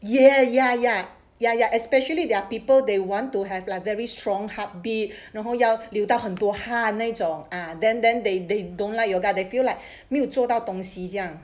ya ya ya ya ya especially there are people they want to have like very strong heartbeat 然后要流到很多汗那种 ah then then they they don't like yoga they feel like 没有做到东西这样